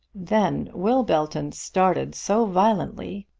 then will belton started so violently,